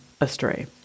astray